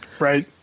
Right